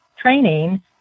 training